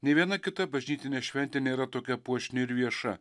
nei viena kita bažnytinė šventė nėra tokia puošni ir vieša